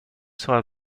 sera